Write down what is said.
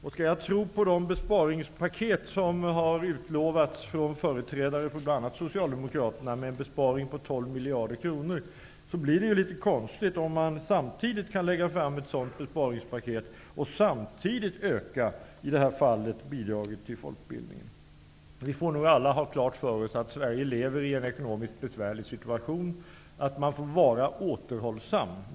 Om jag skall tro på de besparingspaket som har utlovats från företrädare för bl.a. miljarder kronor, blir det litet konstigt om de kan lägga fram ett sådant besparingsförslag samtidigt som de, i detta fall, vill öka bidraget till folkbildningen. Vi måste alla nu ha klart för oss att Sverige lever i en ekonomiskt besvärlig situation och att man får vara återhållsam.